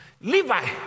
Levi